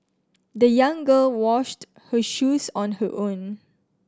the young girl washed her shoes on her own